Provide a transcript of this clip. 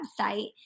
website